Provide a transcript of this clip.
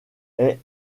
est